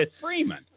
Freeman